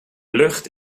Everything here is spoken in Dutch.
lucht